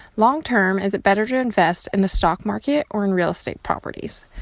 long term, is it better to invest in the stock market or in real estate properties?